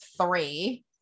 three